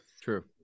True